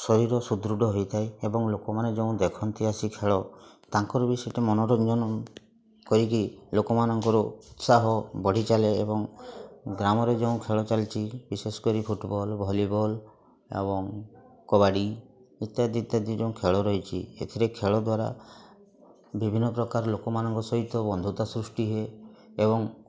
ଶରୀର ସୁଦୃଢ଼ ହେଇଥାଏ ଏବଂ ଲୋକମାନେ ଯେଉଁ ଦେଖନ୍ତି ଆସିକି ଖେଳ ତାଙ୍କର ବି ସେଠି ମନୋରଞ୍ଜନ କରିକି ଲୋକମାନଙ୍କର ଉତ୍ସାହ ବଢ଼ିଚାଲେ ଏବଂ ଗ୍ରାମରେ ଯେଉଁ ଖେଳ ଚାଲିଛି ବିଶେଷ କରି ଫୁଟବଲ୍ ଭଲିବଲ୍ ଏବଂ କବାଡ଼ି ଇତ୍ୟାଦି ଇତ୍ୟାଦି ଯେଉଁ ଖେଳ ରହିଛି ଏଥିରେ ଖେଳ ଦ୍ଵାରା ବିଭିନ୍ନ ପ୍ରକାର ଲୋକମାନଙ୍କ ସହିତ ବନ୍ଧୁତା ସୃଷ୍ଟି ହୁଏ ଏବଂ